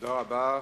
תודה רבה.